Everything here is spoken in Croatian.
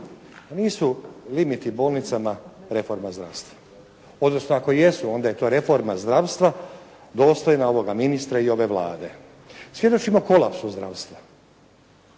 Nisu limiti bolnicama reforma zdravstva, odnosno ako jesu onda je to reforma zdravstva dostojna ovoga ministra i ove Vlade. Svjedočimo kolapsu zdravstva.